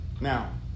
Now